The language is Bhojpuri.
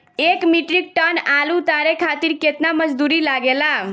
एक मीट्रिक टन आलू उतारे खातिर केतना मजदूरी लागेला?